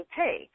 pay